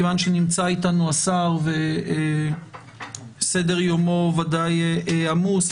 מכיוון שנמצא איתנו השר וסדר-יומו ודאי עמוס,